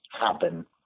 happen